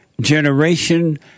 generation